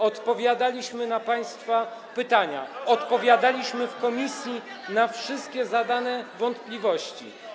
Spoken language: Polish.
Odpowiadaliśmy na państwa pytania, odpowiadaliśmy w komisji na wszystkie wątpliwości.